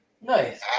Nice